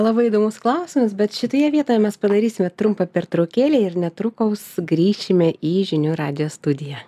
labai įdomus klausimas bet šitoje vietoje mes padarysime trumpą pertraukėlę ir netrukus grįšime į žinių radijo studiją